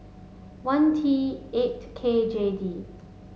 one T eight K J D